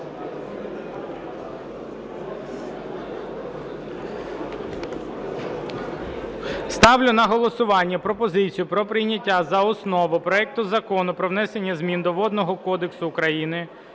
Ставлю на голосування пропозицію про прийняття за основу проекту Закону про внесення змін до Водного кодексу України